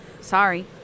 Sorry